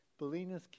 Bellinas